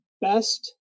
best